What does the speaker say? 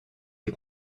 des